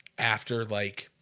after like